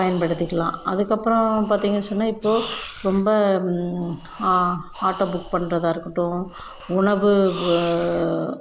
பயன்படுத்திக்கலாம் அதுக்கப்புறோம் பார்த்தீங்கன்னு சொன்னா இப்போது ரொம்ப ஆட்டோ புக் பண்ணுறதா இருக்கட்டும் உணவு